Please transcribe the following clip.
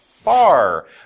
Far